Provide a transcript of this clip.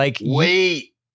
Wait